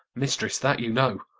mistress, that you know.